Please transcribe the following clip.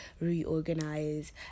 reorganize